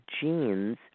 genes